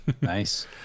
Nice